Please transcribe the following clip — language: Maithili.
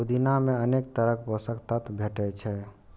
पुदीना मे अनेक तरहक पोषक तत्व भेटै छै